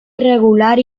irregular